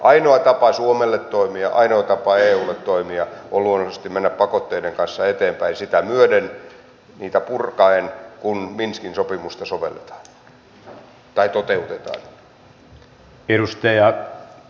ainoa tapa suomelle toimia ja ainoa tapa eulle toimia on luonnollisesti mennä pakotteiden kanssa eteenpäin ja sitä myöten niitä purkaen kun minskin sopimusta toteutetaan